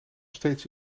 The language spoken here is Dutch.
steeds